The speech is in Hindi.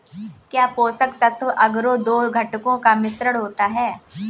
क्या पोषक तत्व अगरो दो घटकों का मिश्रण होता है?